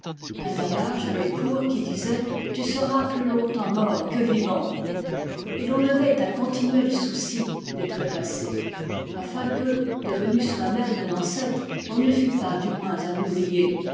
un adage avait cours qui disait tu seras plus longtemps mort que vivant et l'on avait un continuel souci des trépassés afin que devenu soi-même un ancêtre on ne fût pas du moins un oublié